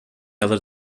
other